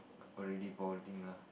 already boarding lah